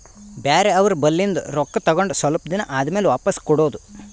ಬ್ಯಾರೆ ಅವ್ರ ಬಲ್ಲಿಂದ್ ರೊಕ್ಕಾ ತಗೊಂಡ್ ಸ್ವಲ್ಪ್ ದಿನಾ ಆದಮ್ಯಾಲ ವಾಪಿಸ್ ಕೊಡೋದು